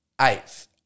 eighth